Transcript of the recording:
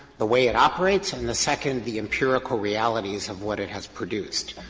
the way it operates and the second, the empirical realities of what it has produced.